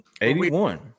81